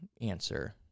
answer